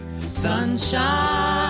sunshine